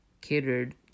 catered